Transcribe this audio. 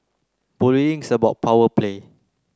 bullying is about power play